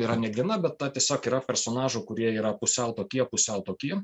yra ne viena bet ta tiesiog yra personažų kurie yra pusiau tokie pusiau tokie